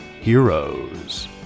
heroes